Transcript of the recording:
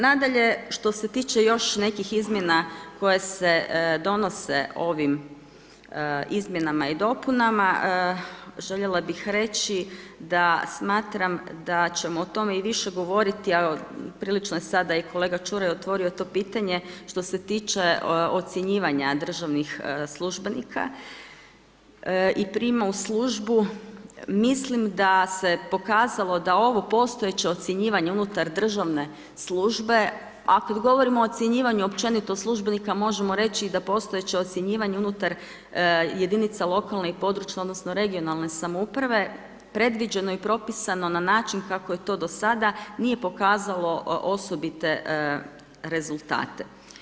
Nadalje, što se tiče još nekih izmjena koje se donose ovim izmjenama i dopunama, željela bih reći da smatram da ćemo o tome i više govoriti a prilično je sada i kolega Čuraj otvorio to pitanje što se tiče ocjenjivanja državnih službenika i prijema u službu, mislim da se pokazalo da ovo postojeće ocjenjivanje unutar državne službe a kada govorimo o ocjenjivanju općenito službenika možemo reći i da postojeće ocjenjivanje unutar jedinica lokalne i područne, odnosno regionalne samouprave predviđeno i propisano na način kako je to do sada nije pokazalo osobite rezultate.